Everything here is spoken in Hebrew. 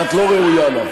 שאת לא ראויה לה.